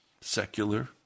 secular